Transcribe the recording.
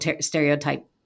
stereotype